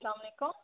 اسلام علیکُم